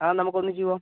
ആ നമുക്കൊന്നിച്ച് പോവാം